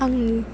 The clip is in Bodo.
आंनि